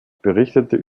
berichtete